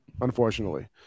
unfortunately